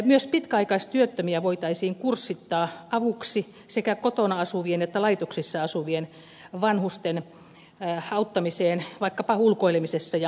myös pitkäaikaistyöttömiä voitaisiin kurssittaa avuksi sekä kotona asuvien että laitoksissa asuvien vanhusten auttamiseen vaikkapa ulkoilemisessa ja asioitten hoidossa